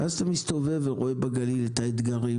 ואז אתה מסתובב ורואה בגליל את האתגרים